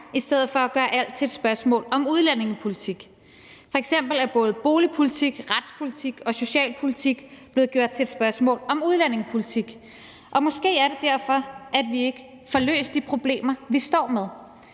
i stedet for at gøre alt til et spørgsmål om udlændingepolitik. F.eks. er både boligpolitik, retspolitik og socialpolitik blevet gjort til et spørgsmål om udlændingepolitik, og måske er det derfor, at vi ikke får løst de problemer, vi står med.